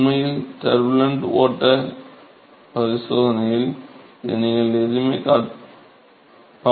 உண்மையில் டர்புலன்ட் ஓட்ட பரிசோதனையில் இதை நீங்கள் பார்த்திருக்க வேண்டும்